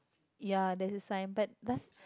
ya there's a sign but does